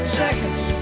seconds